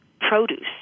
produce